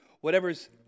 whatever's